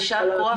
יישר כח.